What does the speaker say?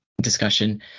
discussion